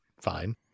fine